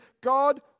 God